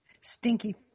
stinky